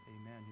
Amen